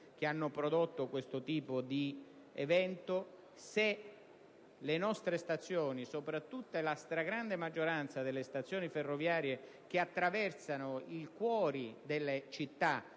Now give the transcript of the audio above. che hanno prodotto questo tipo di evento, capire se le nostre stazioni - la stragrande maggioranza delle stazioni ferroviarie che attraversano il cuore delle città